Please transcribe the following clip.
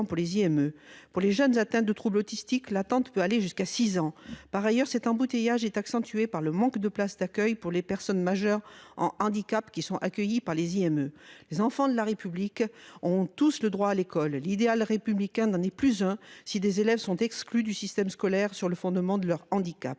(IME). Pour les jeunes atteints de troubles autistiques, l'attente peut aller jusqu'à six ans. Par ailleurs, cet embouteillage est aggravé par le manque de places d'accueil pour les personnes majeures en handicap qui sont accueillies dans les IME. Les enfants de la République ont tous le droit à l'école. L'idéal républicain n'en est plus un si des élèves sont exclus du système scolaire sur le fondement de leur handicap.